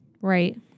Right